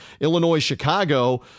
Illinois-Chicago